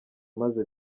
maze